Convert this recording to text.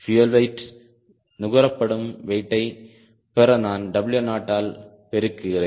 fuel நுகரப்படும் வெயிடைப் பெற நான் W0 ஆல் பெருக்குகிறேன்